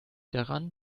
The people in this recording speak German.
daran